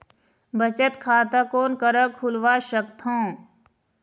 बचत खाता कोन करा खुलवा सकथौं?